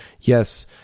Yes